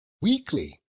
weekly